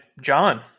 John